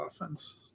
offense